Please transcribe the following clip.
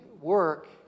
work